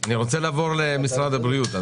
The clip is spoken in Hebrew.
אני רוצה לעבור למשרד הבריאות.